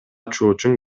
чоочун